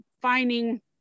finding